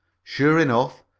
sure enough,